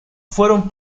fueron